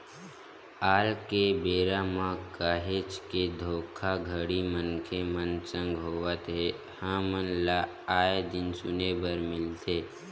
आल के बेरा म काहेच के धोखाघड़ी मनखे मन संग होवत हे हमन ल आय दिन सुने बर मिलथे